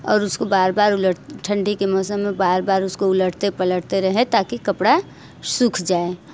और उसको बार बार उलट ठंडी के मौसम में बार बार उसको उलटते पलटते रहें ताकि कपड़ा सूख जाए